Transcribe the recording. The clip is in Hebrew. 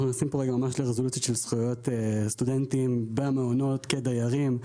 אנחנו נכנסים פה ממש לרזולוציות של זכויות סטודנטים במעונות כדיירים.